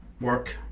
work